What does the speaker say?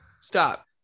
Stop